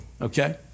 Okay